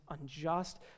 unjust